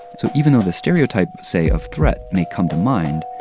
so even though the stereotype, say, of threat may come to mind,